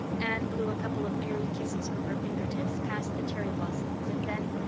anne blew a couple of airy kisses from her fingertips past the cherry blossoms and then,